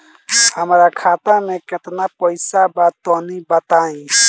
हमरा खाता मे केतना पईसा बा तनि बताईं?